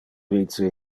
vice